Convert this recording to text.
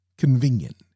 Convenient